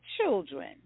children